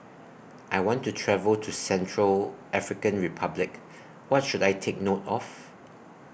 I want to travel to Central African Republic What should I Take note of